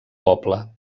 poble